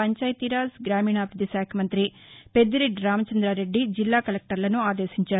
పంచాయతీరాజ్ గ్రామీణాభివృద్దిశాఖ మంతి పెద్దిరెడ్డి రామచందారెడ్డి జిల్లా కలెక్టర్లను ఆదేశించారు